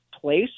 place